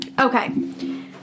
Okay